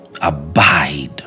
abide